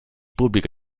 pubblico